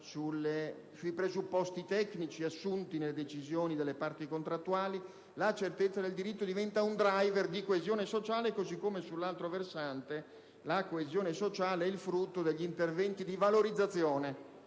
sui presupposti tecnici assunti nelle decisioni delle parti contrattuali - diventa un *driver* di coesione sociale, così come sull'altro versante la coesione sociale è il frutto degli interventi di valorizzazione